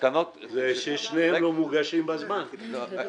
ששניהם לא מוגשים בזמן.